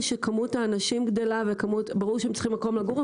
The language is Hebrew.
שכמות האנשים גדלה וברור שהם צריכים מקום לגור,